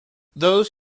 those